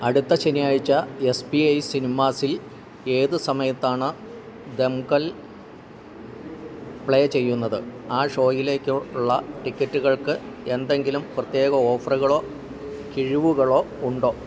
അടുത്ത ശനിയാഴ്ച്ച S P I സിനിമാസില് ഏത് സമയത്താണ് ദെങ്കൽ പ്ലേ ചെയ്യുന്നത് ആ ഷോയിലേക്ക് ഉള്ള ടിക്കറ്റുകൾക്ക് എന്തെങ്കിലും പ്രത്യേക ഓഫറുകളോ കിഴിവുകളോ ഉണ്ടോ